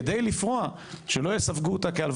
אז לקראת מי תלכו?